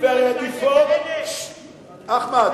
מתביישים להיות ממומנים על-ידי אלה?